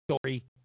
story